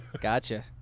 Gotcha